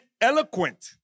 eloquent